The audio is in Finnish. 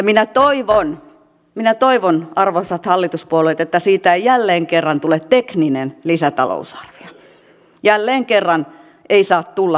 minä toivon minä toivon arvoisat hallituspuolueet että siitä ei jälleen kerran tule tekninen lisätalousarvio ettei jälleen kerran ei saa tulla